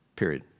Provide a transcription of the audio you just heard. period